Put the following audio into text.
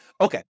Okay